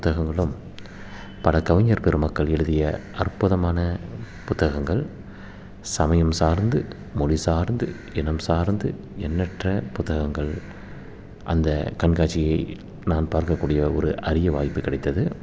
புத்தகங்களும் பல கவிஞர் பெருமக்கள் எழுதிய அற்புதமான புத்தகங்கள் சமயம் சார்ந்து மொழி சார்ந்து இனம் சார்ந்து எண்ணற்ற புத்தகங்கள் அந்த கண்காட்சியை நான் பார்க்கக்கூடிய ஒரு அரிய வாய்ப்பு கிடைத்தது